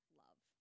love